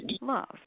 love